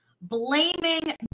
blaming